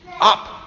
up